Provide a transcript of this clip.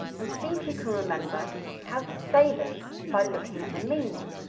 and see if you can remember how to say them by looking at the meaning